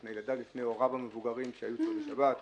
לפני ילדיו והוריו המבוגרים שהיו אתו בשבת.